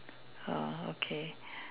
uh okay